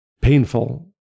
painful